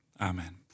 amen